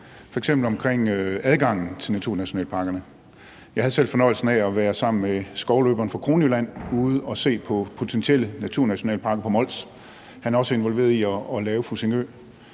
f.eks. i forhold til adgangen til naturnationalparkerne. Jeg havde selv fornøjelsen af at være sammen med skovløberen fra Kronjylland. Vi var ude at se på potentielle naturnationalparker på Mols. Han er også involveret i at lave Fussingø.